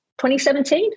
2017